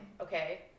okay